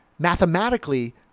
mathematically